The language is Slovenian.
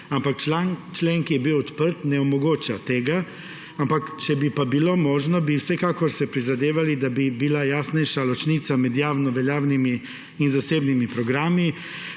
ampak člen, ki je bil odprt, ne omogoča tega. Če pa bi bilo možno, bi si vsekakor prizadevali, da bi bila jasnejša ločnica med javnoveljavnimi in zasebnimi programi,